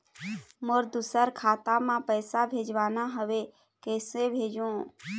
मोर दुसर खाता मा पैसा भेजवाना हवे, कइसे भेजों?